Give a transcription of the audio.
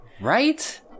right